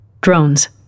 Drones